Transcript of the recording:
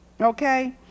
Okay